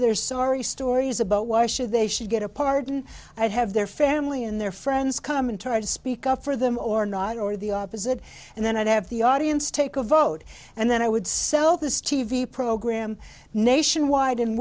their sorry stories about why should they should get a pardon i'd have their family and their friends come and try to speak up for them or not or the opposite and then i'd have the audience take a vote and then i would sell this t v program nationwide and